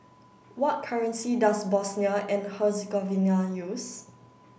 what currency does Bosnia and Herzegovina use